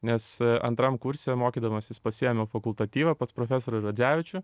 nes antram kurse mokydamasis pasiėmiau fakultatyvą pas profesorių radzevičių